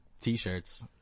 t-shirts